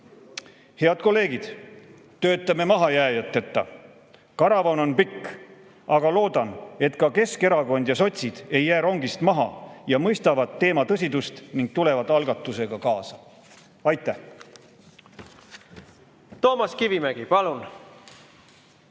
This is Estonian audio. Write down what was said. Head kolleegid! Töötame mahajääjateta. Karavan on pikk, aga loodan, et ka Keskerakond ja sotsid ei jää rongist maha, vaid mõistavad teema tõsidust ning tulevad algatusega kaasa. Aitäh!